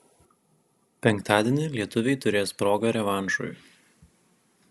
penktadienį lietuviai turės progą revanšui